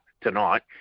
tonight